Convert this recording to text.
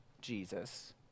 Jesus